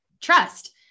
trust